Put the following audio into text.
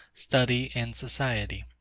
study and society.